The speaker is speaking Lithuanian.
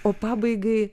o pabaigai